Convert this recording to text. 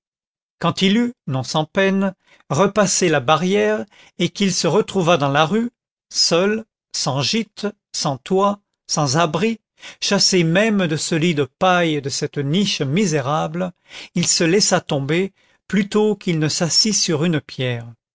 quand il eut non sans peine repassé la barrière et qu'il se retrouva dans la rue seul sans gîte sans toit sans abri chassé même de ce lit de paille et de cette niche misérable il se laissa tomber plutôt qu'il ne s'assit sur une pierre